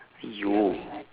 !aiyo!